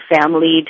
family